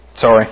sorry